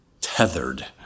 tethered